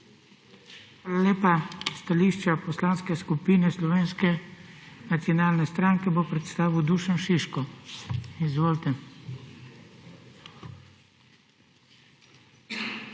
lepa. Stališče Poslanske skupine Slovenske nacionalne stranke bo predstavil Dušan Šiško. Izvolite.